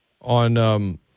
On